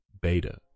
beta